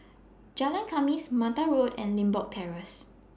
Jalan Khamis Mata Road and Limbok Terrace